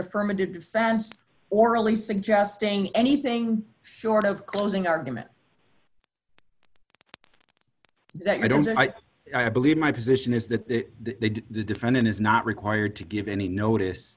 affirmative defense orally suggesting anything short of closing argument that i don't believe my position is that they did the defendant is not required to give any notice